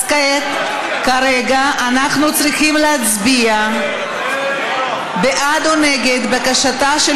אז כרגע אנחנו צריכים להצביע בעד או נגד בקשתה של